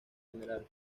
general